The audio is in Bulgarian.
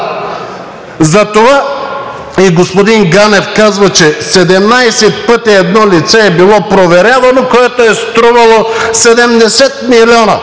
Затова и господин Ганев казва, че 17 пъти едно лице е било проверявано, което е струвало 70 милиона